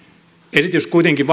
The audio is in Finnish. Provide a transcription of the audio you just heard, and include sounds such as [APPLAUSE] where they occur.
esitys kuitenkin [UNINTELLIGIBLE]